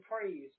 praise